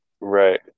Right